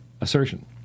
assertion